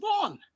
born